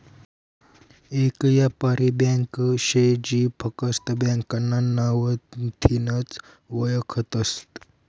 येक यापारी ब्यांक शे जी फकस्त ब्यांकना नावथीनच वयखतस